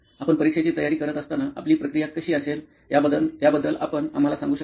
आपण परीक्षेची तयारी करत असताना आपली प्रक्रिया कशी असेल याबद्दल आपण आम्हाला सांगु शकता